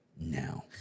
now